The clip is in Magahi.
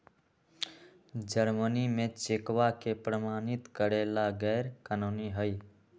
जर्मनी में चेकवा के प्रमाणित करे ला गैर कानूनी हई